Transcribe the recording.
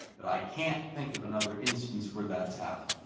but i can't think of another instance where that's happened.